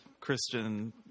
Christian